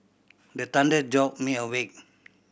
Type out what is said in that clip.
the thunder jolt me awake